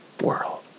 world